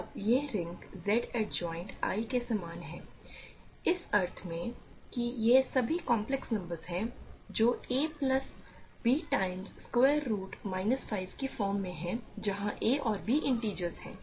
अब यह ring Z adjoined i के समान है इस अर्थ में कि यह सभी काम्प्लेक्स नंबर्स हैं जो a plus b times square root minus 5 की फॉर्म में है जहाँ a और b इंटिजर्स हैं